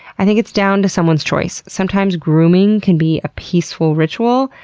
i think it's down to someone's choice. sometimes grooming can be a peaceful ritual,